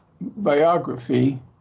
biography